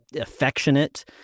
affectionate